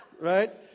Right